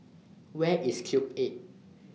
Where IS Cube eight